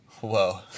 whoa